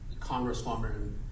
Congresswoman